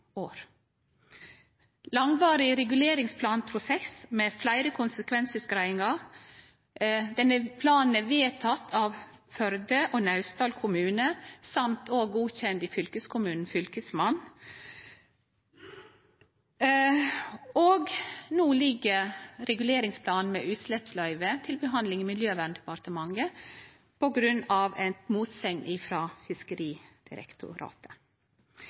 med fleire konsekvensutgreiingar. Planen er vedteken av Førde og Naustdal kommune og godkjend i fylkeskommunen og av fylkesmannen, og no ligg reguleringsplanen med utsleppsløyve til behandling i Miljøverndepartementet på grunn av ei motsegn frå Fiskeridirektoratet.